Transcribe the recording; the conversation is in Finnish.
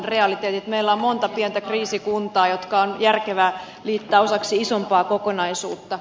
meillä on monta pientä kriisikuntaa jotka on järkevää liittää osaksi isompaa kokonaisuutta